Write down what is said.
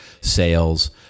sales